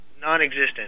non-existent